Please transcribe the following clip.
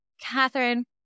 Catherine